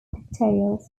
pigtails